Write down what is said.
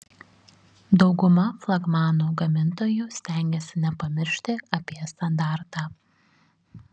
dauguma flagmanų gamintojų stengiasi nepamiršti apie standartą